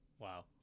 Wow